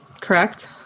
correct